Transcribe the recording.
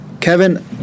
Kevin